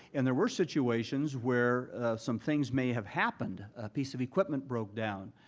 and there were situations where some things may have happened, a piece of equipment broke down,